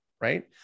Right